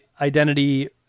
identity